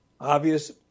obvious